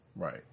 Right